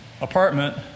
apartment